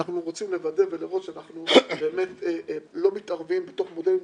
אנחנו רוצים לוודא ולראות שאנחנו באמת לא מתערבים בתוך מודלים עסקיים,